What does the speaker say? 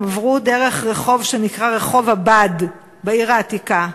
הם עברו דרך רחוב שנקרא בית-הבד, בעיר העתיקה,